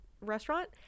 restaurant